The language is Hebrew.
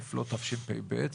לא תשפ"ב,